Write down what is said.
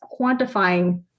quantifying